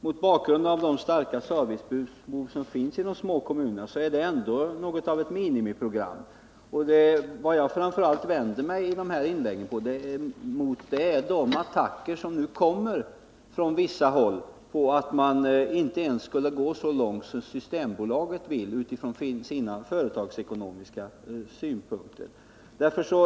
Men med hänsyn till de stora servicebehoven i de små kommunerna är det ändå ett minimiprogram. Vad jag i mina inlägg framför allt har velat vända mig emot är attackerna från vissa håll mot att ens gå så långt som Systembolaget utifrån sina företagsekonomiska utgångspunkter vill.